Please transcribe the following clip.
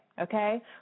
okay